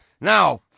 now